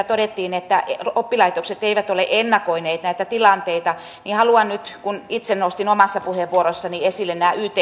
todettiin että oppilaitokset eivät ole ennakoineet näitä tilanteita ja kun itse nostin omassa puheenvuorossani esille nämä yt neuvottelut